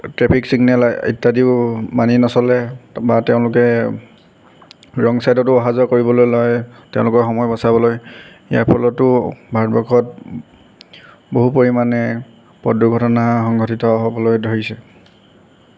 traffic signal ইত্যাদিয়ো মানি নচলে বা তেওঁলোকে ৰং চাইডতো অহা যোৱা কৰিবলৈ লয় তেওঁলোকৰ সময় বচাবলৈ ইয়াৰ ফলতো ভৰতবৰ্ষত বহু পৰিমাণে পথ দুৰ্ঘটনা সংঘটিত হ'বলৈ ধৰিছে